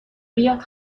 بیاد